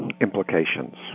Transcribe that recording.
implications